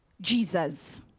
jesus